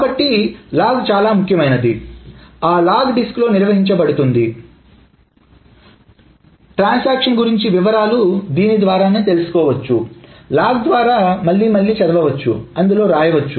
కాబట్టి లాగ్ చాలా ముఖ్యమైనది ఆ లాగ్ డిస్క్లో నిర్వహించబడుతుంది ట్రాన్సాక్షన్ గురించి వివరాలు దీని ద్వారానే తెలుసుకోవచ్చు లాగ్ ద్వారా మళ్లీమళ్లీ చదవచ్చు అందులో రాయవచ్చు